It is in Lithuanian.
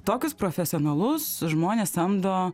tokius profesionalus žmones samdo